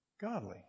godly